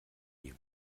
die